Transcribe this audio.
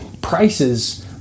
prices